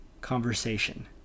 conversation